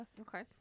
Okay